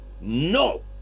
No